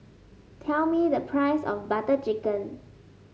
tell me the price of Butter Chicken